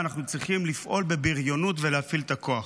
שאנחנו צריכים לפעול בבריונות ולהפעיל את הכוח.